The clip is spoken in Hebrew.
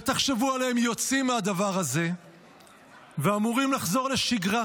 ותחשבו עליהם יוצאים מהדבר הזה ואמורים לחזור לשגרה,